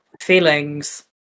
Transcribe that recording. feelings